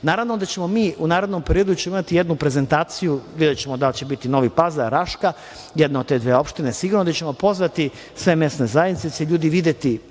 da ćemo mi u narednom periodu imati jednu prezentaciju, videćemo da li će biti Novi Pazar, Raška, jedna od te dve opštine sigurno, gde ćemo pozvati sve mesne zajednice, gde će ljudi videti